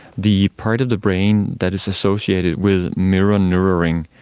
the part of the brain that is associated with mirror neuroning,